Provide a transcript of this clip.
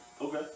Okay